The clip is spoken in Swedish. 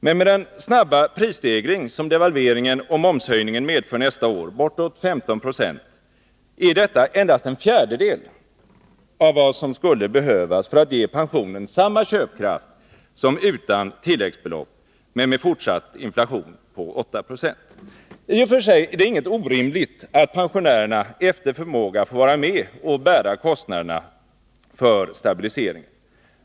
Men med den snabba prisstegring som devalveringen och momshöjningen kommer att medföra nästa år, bortåt 15 26, är detta endast en fjärdedel av vad som skulle behövas för att ge pensionen samma köpkraft som utan tilläggsbelopp men med en fortsatt inflation på 8 6. I och för sig är det inget orimligt att pensionärerna efter förmåga får vara med och bära kostnadernå för en stabilisering.